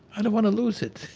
i don't want to lose it.